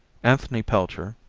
anthony pelcher,